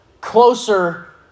closer